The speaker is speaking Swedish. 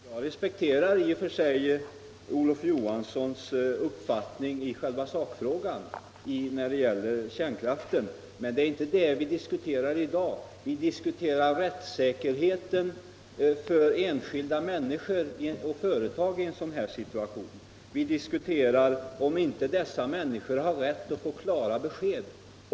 Herr talman! Jag respekterar i och för sig Olof Johanssons uppfattning i själva sakfrågan när det gäller kärnkraften. Men det är inte det vi diskuterar i dag. Vi diskuterar rättssäkerheten för enskilda människor och företag i en sådan här situation — vi diskuterar om inte människorna har rätt att få klara besked.